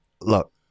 Look